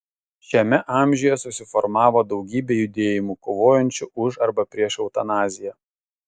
šiame amžiuje susiformavo daugybė judėjimų kovojančių už arba prieš eutanaziją